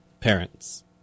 Parents